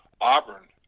Auburn